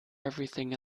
everything